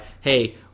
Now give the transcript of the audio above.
hey